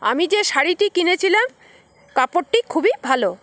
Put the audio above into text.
আমি যে শাড়িটি কিনেছিলাম কাপড়টি খুবই ভালো